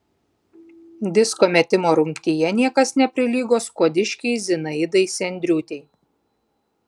disko metimo rungtyje niekas neprilygo skuodiškei zinaidai sendriūtei